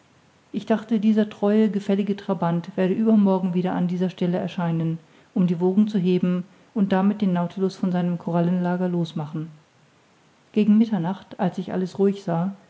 ich dachte dieser treue gefällige trabant werde übermorgen wieder an dieser stelle erscheinen um die wogen zu heben und damit den nautilus von seinem korallenlager los machen gegen mitternacht als ich alles ruhig sah